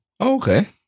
Okay